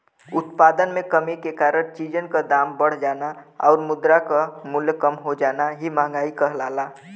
उत्पादन में कमी के कारण चीजन क दाम बढ़ जाना आउर मुद्रा क मूल्य कम हो जाना ही मंहगाई कहलाला